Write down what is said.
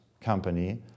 company